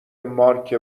مارک